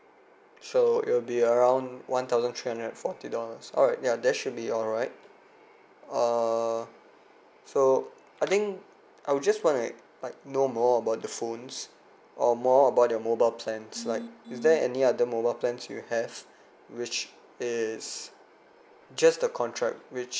so it will be around one thousand three hundred and forty dollars alright ya that should be alright err so I think I'll just want to like like know more about the phones or more about your mobile plans like is there any other mobile plans you have which is just the contract which